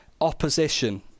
Opposition